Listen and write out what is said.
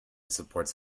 supports